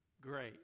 great